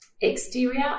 Exterior